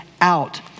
out